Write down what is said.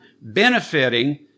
benefiting